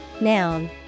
noun